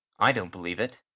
i don't believe it.